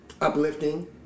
uplifting